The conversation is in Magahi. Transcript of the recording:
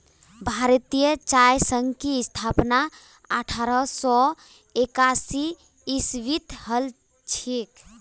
भारतीय चाय संघ की स्थापना अठारह सौ एकासी ईसवीत हल छिले